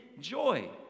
joy